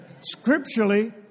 scripturally